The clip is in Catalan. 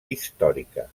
històrica